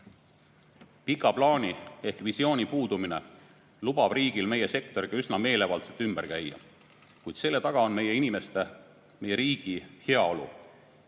Pika plaani ehk visiooni puudumine lubab riigil meie sektoriga üsna meelevaldselt ümber käia, kuid selle taga on meie inimeste ja meie riigi heaolu,